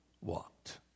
walked